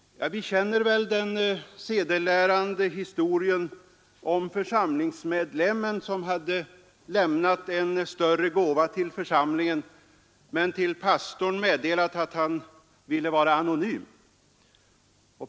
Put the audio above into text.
Alla har väl hört den sedelärande historien om församlingsmedlemmen som hade gett en större gåva till församlingen men till pastorn meddelat att han ville vara anonym.